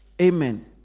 Amen